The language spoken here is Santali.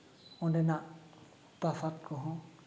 ᱚᱸᱰᱮᱱᱟᱜ ᱛᱟᱥᱟᱫ ᱠᱚᱦᱚᱸ